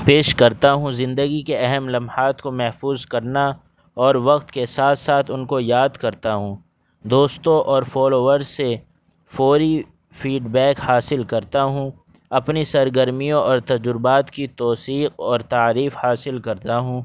پیش کرتا ہوں زندگی کے اہم لمحات کو محفوظ کرنا اور وقت کے ساتھ ساتھ ان کو یاد کرتا ہوں دوستوں اور فولوور سے فوری فیڈبیک حاصل کرتا ہوں اپنی سر گرمیوں اور تجربات کی توثیق اور تعریف حاصل کرتا ہوں